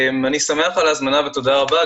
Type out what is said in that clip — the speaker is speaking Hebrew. אני שמח על ההזמנה ותודה רבה,